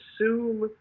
assume